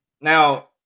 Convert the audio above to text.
Now